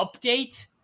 update